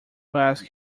ask